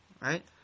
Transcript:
right